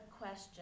question